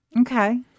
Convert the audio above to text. Okay